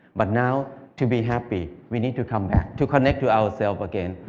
but now, to be happy, we need to come back, to connect to ourselves again,